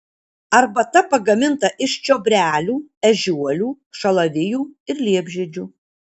arbata pagaminta iš čiobrelių ežiuolių šalavijų ir liepžiedžių